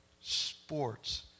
sports